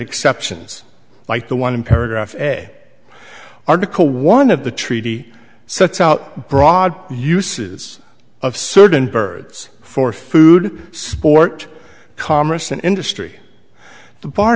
exceptions like the one paragraph article one of the treaty sets out broad uses of certain birds for food sport commerce and industry the par